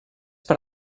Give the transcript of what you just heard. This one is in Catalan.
per